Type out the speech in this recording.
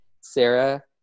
Sarah